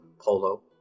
polo